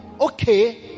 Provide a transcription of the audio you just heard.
okay